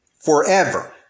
forever